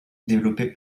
développé